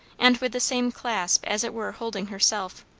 and with the same clasp as it were holding herself.